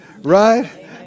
right